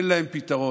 אין להם פתרון.